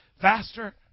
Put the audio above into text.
faster